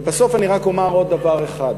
ובסוף אני רק אומר עוד דבר אחד,